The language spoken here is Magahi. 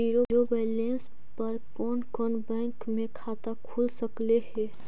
जिरो बैलेंस पर कोन कोन बैंक में खाता खुल सकले हे?